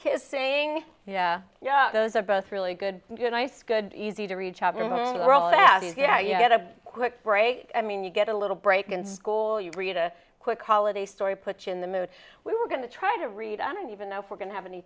saying yeah those are both really good nice good easy to reach up a little girl that is yeah you get a quick break i mean you get a little break in school you read a quick holiday story put you in the mood we're going to try to read i don't even know if we're going to have any